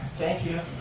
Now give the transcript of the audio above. thank you.